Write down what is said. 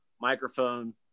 microphone